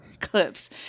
clips